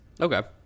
Okay